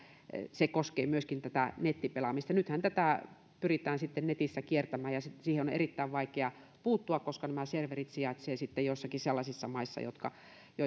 se koskee myöskin tätä nettipelaamista nythän tätä pyritään sitten netissä kiertämään ja siihen on erittäin vaikea puuttua koska nämä serverit sijaitsevat sitten joissakin sellaisissa maissa